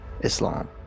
Islam